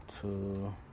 two